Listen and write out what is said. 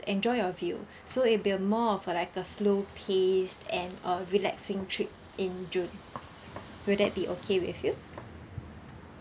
enjoy your view so it'll be a more of like a slow paced and a relaxing trip in june will that be okay with you